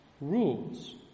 rules